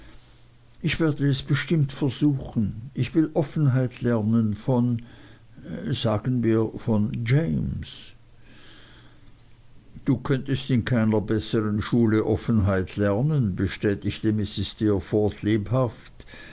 ich werde es bestimmt versuchen ich will offenheit lernen von sagen wir von james du könntest in keiner bessern schule offenheit lernen bestätigte mrs steerforth lebhaft